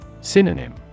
Synonym